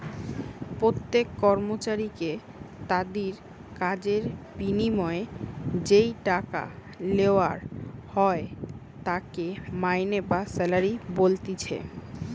প্রত্যেক কর্মচারীকে তাদির কাজের বিনিময়ে যেই টাকা লেওয়া হয় তাকে মাইনে বা স্যালারি বলতিছে